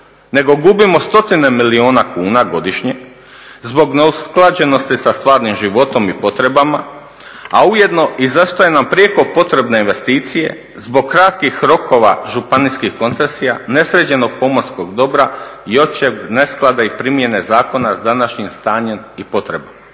nego gubimo stotine milijuna kuna godišnje zbog neusklađenosti sa stvarnim životom i potrebama, a ujedno izostaju nam prijeko potrebne investicije zbog kratkih rokova županijskih koncesija, nesređenog pomorskog dobra i općeg nesklada i primjene zakona s današnjim stanjem i potrebom.